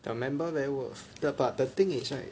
the member very worth but the thing is right